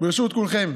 ברשות כולכם,